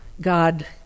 God